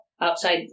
outside